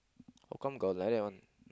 how come got like that one